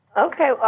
Okay